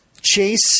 Chase